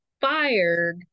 fired